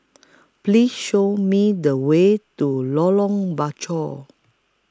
Please Show Me The Way to Lorong Bachok